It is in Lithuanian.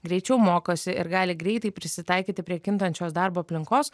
greičiau mokosi ir gali greitai prisitaikyti prie kintančios darbo aplinkos